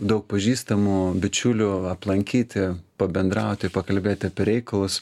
daug pažįstamų bičiulių aplankyti pabendrauti pakalbėti apie reikalus